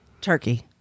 Turkey